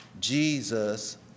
Jesus